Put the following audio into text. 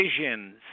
visions